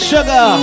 Sugar